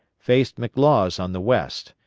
faced mclaws on the west,